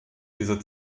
diese